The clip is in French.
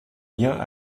liens